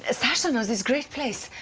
ah sasha knows this great place,